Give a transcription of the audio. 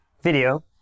video